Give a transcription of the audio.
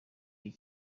iyi